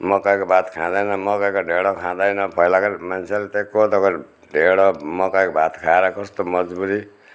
मकैको भात खाँदैन मकैको ढेँडो खाँदैन पहिलाको मान्छेहरूले त्यही कोदोको ढेँडो मकैको भात खाएर कस्तो मजबुती